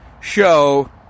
show